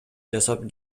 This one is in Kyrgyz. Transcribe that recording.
жасап